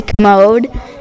mode